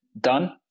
done